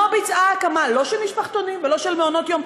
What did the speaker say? לא ביצעה הקמה לא של משפחתונים ולא של מעונות-יום.